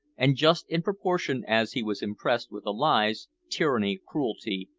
and just in proportion as he was impressed with the lies, tyranny, cruelty,